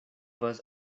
was